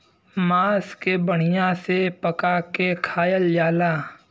मांस के बढ़िया से पका के खायल जाला